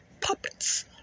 puppets